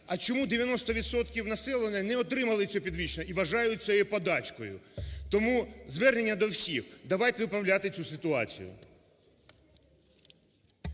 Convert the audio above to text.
відсотків населення не отримали це підвищення і вважають це є подачкою. Тому звернення до всіх: давайте виправляти цю ситуацію.